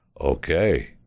okay